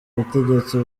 butegetsi